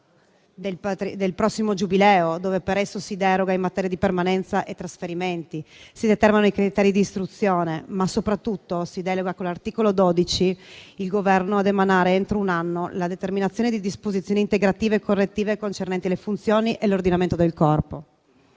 del prossimo Giubileo, per il quale si deroga in materia di permanenza e trasferimenti. Si determinano i criteri di istruzione, ma soprattutto, con l'articolo 12, si delega il Governo ad emanare entro un anno la determinazione di disposizioni integrative e correttive concernente le funzioni e l'ordinamento del Corpo.